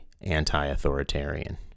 anti-authoritarian